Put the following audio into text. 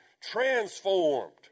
transformed